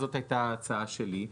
זאת הייתה ההצעה שלי,